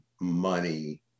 money